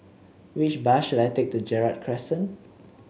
which bus should I take to Gerald Crescent